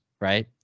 right